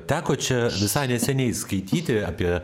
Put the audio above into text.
teko čia visai neseniai skaityti apie